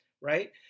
right